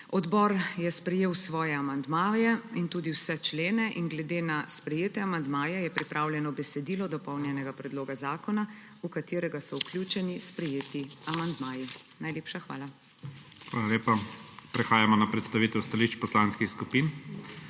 Odbor je sprejel svoje amandmaje in tudi vse člene in glede na sprejete amandmaje je pripravljeno besedilo dopolnjenega predloga zakona, v katerega so vključeni sprejeti amandmaji. Najlepša hvala. **PREDSEDNIK IGOR ZORČIČ:** Hvala lepa. Prehajamo na predstavitev stališč poslanskih skupin.